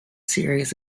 series